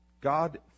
God